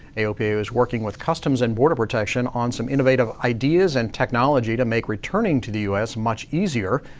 aopa is working with customs and border protection on some innovative ideas and technology to make returning to the us much easier.